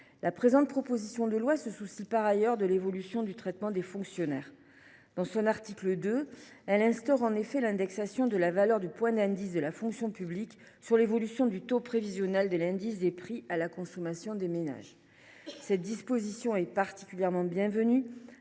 contient, en outre, des mesures permettant l’évolution du traitement des fonctionnaires. À l’article 2, elle tend à instaurer, en effet, l’indexation de la valeur du point d’indice de la fonction publique sur l’évolution du taux prévisionnel de l’indice des prix à la consommation des ménages. Cette disposition est particulièrement bienvenue,